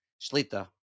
Shlita